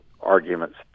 arguments